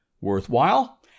Worthwhile